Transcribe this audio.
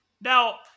Now